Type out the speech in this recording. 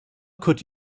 could